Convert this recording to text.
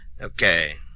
Okay